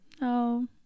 No